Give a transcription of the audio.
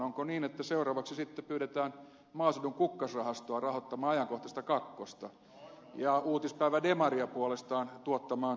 onko niin että seuraavaksi sitten pyydetään maaseudun kukkasrahastoa rahoittamaan ajankohtaista kakkosta ja uutispäivä demaria puolestaan tuottamaan talouskommentteja